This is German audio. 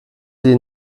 dir